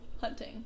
hunting